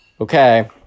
okay